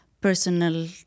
personal